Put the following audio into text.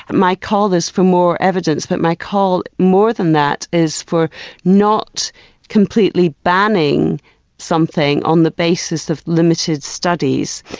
and my call is for more evidence but my call more than that is for not completely banning something on the basis of limited studies.